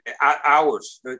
hours